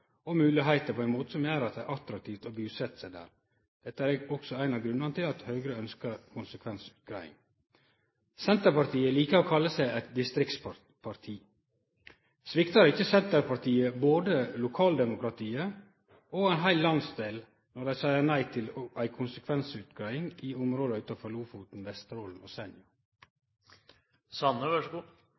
og moglegheiter på ein måte som gjer at det er attraktivt å busetje seg der. Dette er også ein av grunnane til at Høgre ønskjer konsekvensutgreiing. Senterpartiet likar å kalle seg eit distriktsparti. Sviktar ikkje Senterpartiet både lokaldemokratiet og ein heil landsdel når dei seier nei til ei konsekvensutgreiing av områda utanfor Lofoten, Vesterålen og Senja? Eg trur òg Høgre må vere så